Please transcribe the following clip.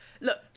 Look